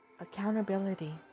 Accountability